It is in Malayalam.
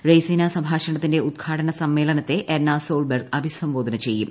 റൈയ്സീന സംഭാഷണത്തിന്റെ ഉദ്ഘാടന സമ്മേളനത്തെ എർണ സോൾ ബെർഗ് അഭിസംബോധന ചെയ്യും